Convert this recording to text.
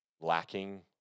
lacking